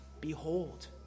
behold